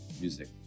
music